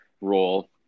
role